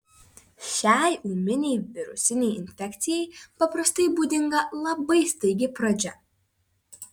šiai ūminei virusinei infekcijai paprastai būdinga labai staigi pradžia